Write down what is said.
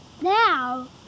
now